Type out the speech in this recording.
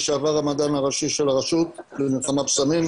לשעבר המדען הראשי של הרשות למלחמה בסמים.